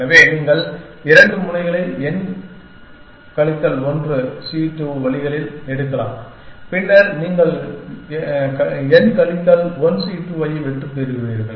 எனவே நீங்கள் இரண்டு முனைகளை n கழித்தல் 1C 2 வழிகளில் எடுக்கலாம் பின்னர் நீங்கள் n கழித்தல் 1 C 2 வெற்றிகளைப் பெறுவீர்கள்